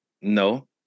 no